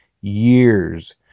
years